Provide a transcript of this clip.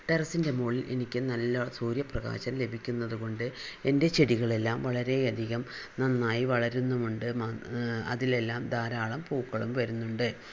ടെറസിൻ്റെ മോളിൽ എനിക്ക് നല്ല സൂര്യപ്രകാശം ലഭിക്കുന്നത് കൊണ്ട് എൻ്റെ ചെടികളെല്ലാം വളരെയധികം നന്നായി വളരുന്നുമുണ്ട് അതിലെല്ലാം ധാരാളം പൂക്കളും വരുന്നുണ്ട്